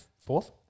Fourth